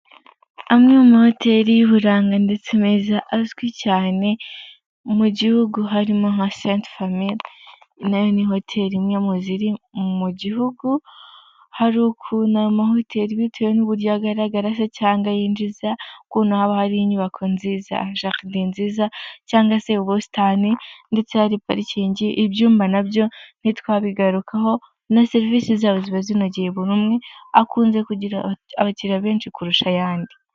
Amwe mu mahoteli y'uburanga ndetse azwi cyane mu gihugu harimo nka saint famille, na yo ni hotel imwe mu ziri mu gihugu, hari ukuntu ayo mahoteli bitewe n'uburyo agaragara cyangwa yinjiza, ukuntu haba hari inyubako nziza, jaride (garden ) nziza cyangwa se ubusitani ndetse hari parikingi, ibyumba na byo ntitwabigarukaho na serivisi zayo ziba zinogeye buri umwe akunze kugira abakiliriya benshi kurusha ayandi.